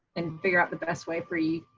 and figure out the best way for you.